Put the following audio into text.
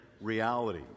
reality